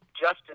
Justin